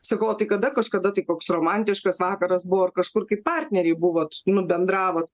sakau o tai kada kažkada tai koks romantiškas vakaras buvo ar kažkur kaip partneriai buvot nu bendravot